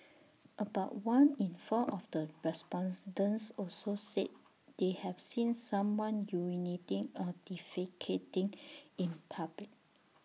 about one in four of the response dents also said they have seen someone urinating or defecating in public